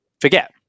forget